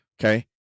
Okay